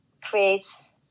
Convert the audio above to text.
creates